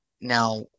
now